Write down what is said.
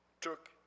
took